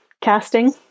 casting